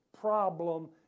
problem